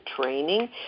training